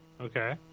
Okay